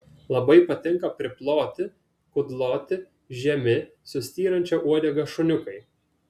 labai patinka priploti kudloti žemi su styrančia uodega šuniukai